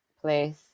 place